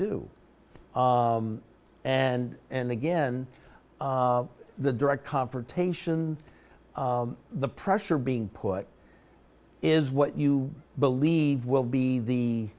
do and and again the direct confrontation the pressure being put is what you believe will be the